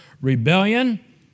rebellion